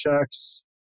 checks